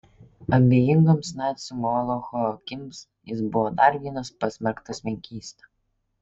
abejingoms nacių molocho akims jis buvo dar vienas pasmerktas menkysta